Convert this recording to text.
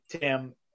Tim